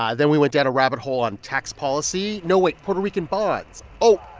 um then we went down a rabbit hole on tax policy no, wait. puerto rican bonds. oh,